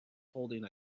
holding